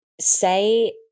say